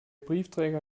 briefträger